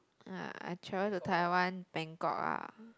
uh I travel to Taiwan Bangkok ah